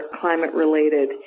climate-related